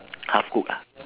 half cook ah